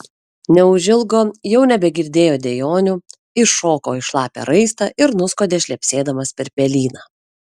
neužilgo jau nebegirdėjo dejonių iššoko į šlapią raistą ir nuskuodė šlepsėdamas per pelyną